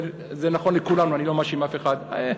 זה נכון לכולנו, אני לא מאשים אף אחד.